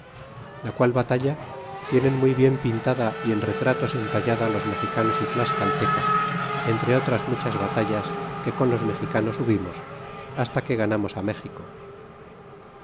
la qual batalla tienen muy bien pintada y en retratos entallada los mexicanos y tlascaltecas entre otras muchas batallas que con los mexicanos hubimos basta que ganamos méxico